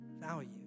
value